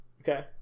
Okay